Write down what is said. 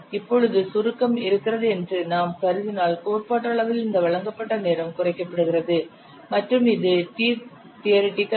இப்பொழுது சுருக்கம் இருக்கிறது என்று நாம் கருதினால் கோட்பாட்டளவில் இந்த வழங்கப்பட்ட நேரம் குறைக்கப்படுகிறது மற்றும் இது t theoretical